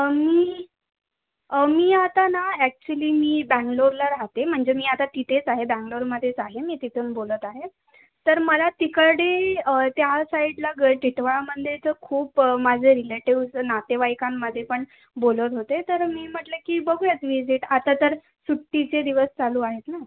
मी मी आता ना ॲक्चुअली मी बँगलोरला राहते म्हणजे मी आता तिथेच आहे बँगलोरमध्येच आहे मी तिथून बोलत आहे तर मला तिकडे त्या साईडला ग टिटवाळा मंदिरचं खूप माझे रिलेटिव्हज् नातेवाईकांमध्ये पण बोलत होते तर मी म्हटले की बघूयात मी ते आता तर सुट्टीचे दिवस चालू आहेत ना